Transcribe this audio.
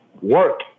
work